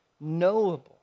knowable